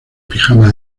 pijama